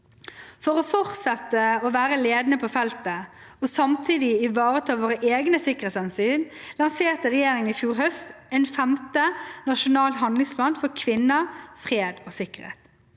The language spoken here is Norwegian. For å fortsette å være ledende på feltet, og samtidig ivareta våre egne sikkerhetshensyn, lanserte regjeringen i fjor høst en femte nasjonal handlingsplan for kvinner, fred og sikkerhet.